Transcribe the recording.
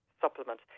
supplement